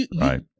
Right